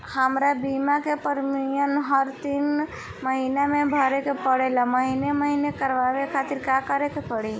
हमार बीमा के प्रीमियम हर तीन महिना में भरे के पड़ेला महीने महीने करवाए खातिर का करे के पड़ी?